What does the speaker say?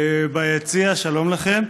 ביציע: שלום לכם.